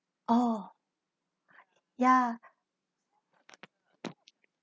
oh ya